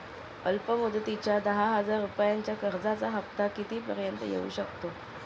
अल्प मुदतीच्या दहा हजार रुपयांच्या कर्जाचा हफ्ता किती पर्यंत येवू शकतो?